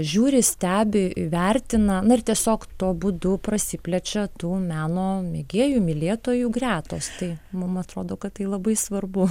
žiūri stebi vertina na ir tiesiog tuo būdu prasiplečia tų meno mėgėjų mylėtojų gretos tai mum atrodo kad tai labai svarbu